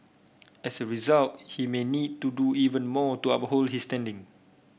as a result he may need to do even more to uphold his standing